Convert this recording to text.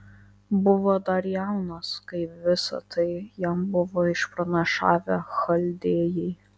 buvo dar jaunas kai visa tai jam buvo išpranašavę chaldėjai